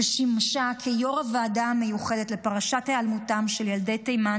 ששימשה כיו"ר הוועדה המיוחדת לפרשת היעלמותם של ילדי תימן,